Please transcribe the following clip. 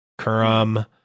Kurum